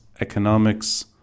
economics